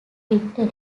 victory